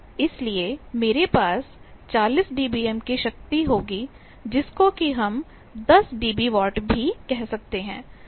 इसलिए मेरे पास 40 dBm की शक्ति होगी जिसको कि हम 10 dBw भी कह सकते हैं